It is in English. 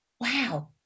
wow